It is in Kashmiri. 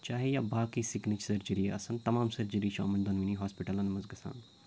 چاہے یا باقی سِکنٕچ سرجِری آسَن تَمام سرجِری چھِ یِمَن دۄنونی ہوسپِٹَلَن منٛز گَژھان